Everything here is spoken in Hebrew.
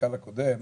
המנכ"ל הקודם,